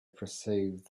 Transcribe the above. perceived